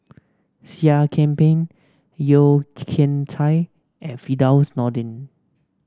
Seah Kian Peng Yeo Kian Chai and Firdaus Nordin